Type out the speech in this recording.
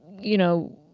you know,